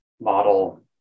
model